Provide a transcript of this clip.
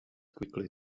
quickly